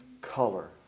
color